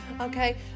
okay